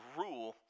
rule